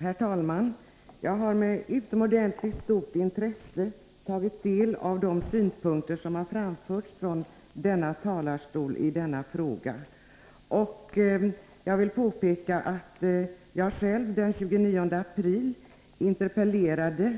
Herr talman! Jag har med utomordentligt stort intresse tagit del av de synpunkter som framförts från talarstolen i denna fråga. Jag vill påpeka att jag själv den 29 april interpellerade